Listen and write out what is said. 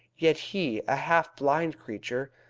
yet he, a half-blind creature,